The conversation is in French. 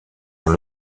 dans